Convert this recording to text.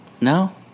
No